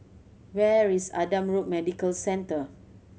where is Adam Road Medical Centre